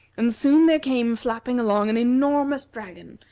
and soon there came flapping along an enormous dragon,